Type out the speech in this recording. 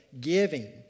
giving